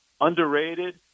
underrated